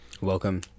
welcome